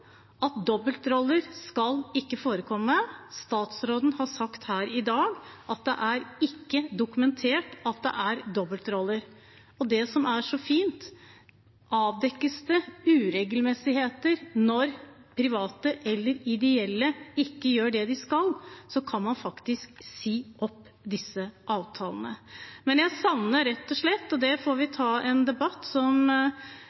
at dobbeltroller ikke skal forekomme. Statsråden har sagt her i dag at det ikke er dokumentert at det er dobbeltroller. Det som er så fint, er at avdekkes det uregelmessigheter når private eller ideelle ikke gjør det de skal, kan man faktisk si opp disse avtalene. Jeg savner rett og slett at vi får